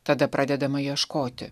tada pradedama ieškoti